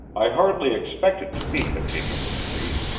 i hardly expected to meet the king of the street.